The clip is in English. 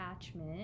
attachment